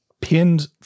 pinned